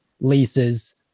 leases